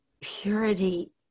purity